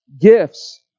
gifts